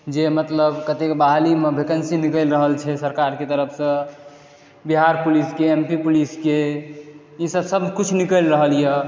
जे मतलब कथि के बहालीमे वैकेन्सी निकलि रहल छै सरकारके तरफसँ बिहार पुलिसके एम पी पुलिसके ईसभ सभ किछु निकलि रहलए